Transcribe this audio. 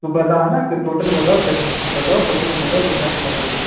तो बताना क्या टोटल बताओ केतना बताओ टोटल के बताओ कितना देना पड़ी